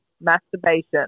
masturbation